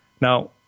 Now